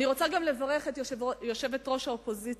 אני רוצה גם לברך את יושבת-ראש האופוזיציה,